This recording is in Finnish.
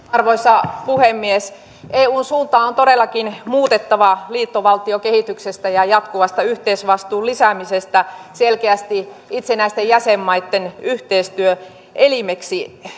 arvoisa puhemies eun suunta on todellakin muutettava liittovaltiokehityksestä ja jatkuvasta yhteisvastuun lisäämisestä selkeästi itsenäisten jäsenmaitten yhteistyöelimeksi